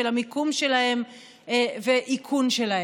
של המיקום שלהם ואיכון שלהם.